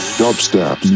dubstep